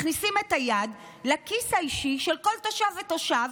מכניסים את היד לכיס האישי של כל תושב ותושב,